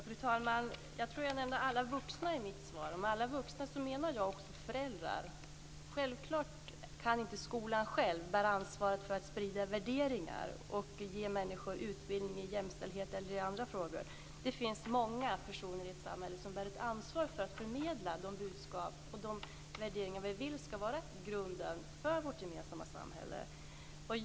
Fru talman! Jag tror att jag nämnde alla vuxna i mitt svar. Med alla vuxna menar jag också föräldrar. Självfallet kan inte skolan själv bära ansvaret för att sprida värderingar och ge människor utbildning i jämställdhet eller i andra frågor. Det finns många personer i ett samhälle som bär ett ansvar för att förmedla de budskap och de värderingar som vi vill ska vara grunden för vårt gemensamma samhälle.